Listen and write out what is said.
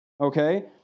okay